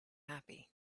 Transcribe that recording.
happy